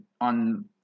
on